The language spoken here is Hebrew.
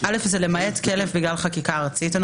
ברור שזה למעט כלב, כי יש לגבי זה חקיקה ארצית.